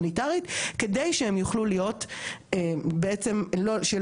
שבעצם שתהיה אי אכיפה כלפיהם,